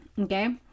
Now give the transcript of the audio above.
okay